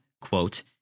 quote